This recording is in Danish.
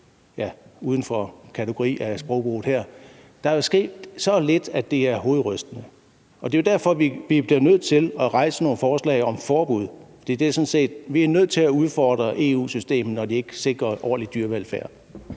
uden for kategorien af sprogbrugen her. Der er jo sket så lidt, at det er hovedrystende, og det er jo derfor, at vi bliver nødt til at fremsætte nogle forslag om forbud. Vi er nødt til at udfordre EU-systemet, når de ikke sikrer ordentlig dyrevelfærd.